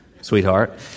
sweetheart